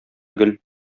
гөл